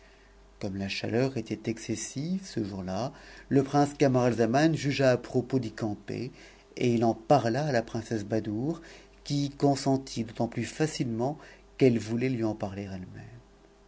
comme la chaleur était excessive ce jour-là le prince camaralzaman jugea à propos d'y camper et il en parla à la princesse badoure qui y consentit d'autant plus facilement qu'elle voulait lui en parler elle-même